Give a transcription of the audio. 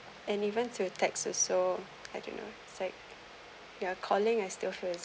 and even through text also I don't know it's like your calling I still feel is